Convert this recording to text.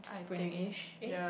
spring ish eh